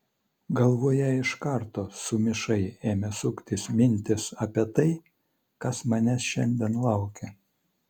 galvoje iš karto sumišai ėmė suktis mintys apie tai kas manęs šiandien laukia